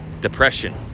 depression